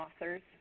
authors